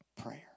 prayer